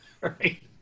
Right